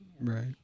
right